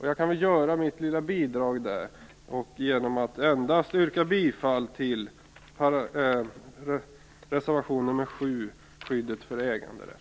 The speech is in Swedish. Jag kan ge mitt lilla bidrag genom att endast yrka bifall till reservation 7 om skyddet för äganderätten.